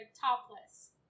topless